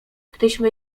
gdyśmy